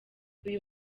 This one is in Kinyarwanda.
uyu